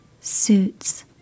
suits